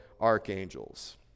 archangels